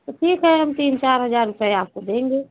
तो ठीक है हम तीन चार हज़ार रुपये आपको देंगे